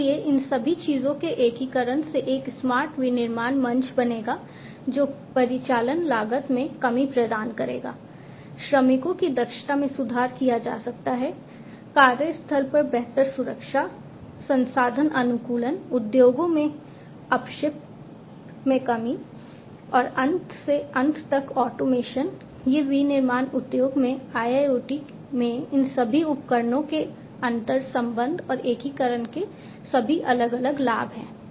इसलिए इन सभी चीजों के एकीकरण से एक स्मार्ट विनिर्माण मंच बनेगा जो परिचालन लागत में कमी प्रदान करेगा श्रमिकों की दक्षता में सुधार किया जा सकता है कार्यस्थल पर बेहतर सुरक्षा संसाधन अनुकूलन उद्योगों में अपशिष्ट में कमी और अंत से अंत तक ऑटोमेशन ये विनिर्माण उद्योग में IIoT में इन सभी उपकरणों के अंतर्संबंध और एकीकरण के सभी अलग अलग लाभ हैं